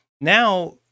now